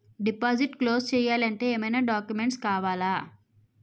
Deposit close చేయాలి అంటే ఏమైనా డాక్యుమెంట్స్ కావాలా?